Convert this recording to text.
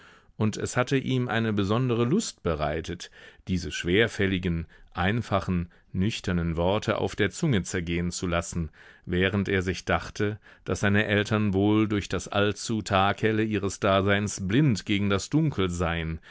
und es hatte ihm eine besondere lust bereitet diese schwerfälligen einfachen nüchternen worte auf der zunge zergehen zu lassen während er sich dachte daß seine eltern wohl durch das allzu taghelle ihres daseins blind gegen das dunkel seien